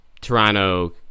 Toronto